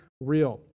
real